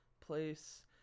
place